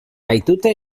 baitute